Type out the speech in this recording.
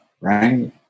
right